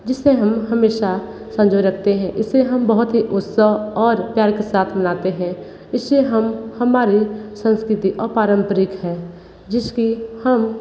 जिस से हम हमेशा संजोग रखते हैं इसे हम बहुत ही उत्साह और प्यार के साथ मनाते हैं इसे हम हमारे संस्कृति और पारम्परिक है जिस की हम